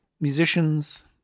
musicians